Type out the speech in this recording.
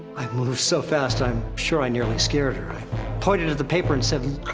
i moved so fast, i'm sure i nearly scared her. i pointed at the paper and said,